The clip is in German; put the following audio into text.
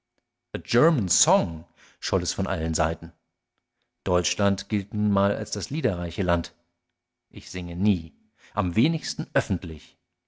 scholl es von allen seiten deutschland gilt nun mal als das liederreiche land ich singe nie am wenigsten öffentlich